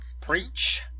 preach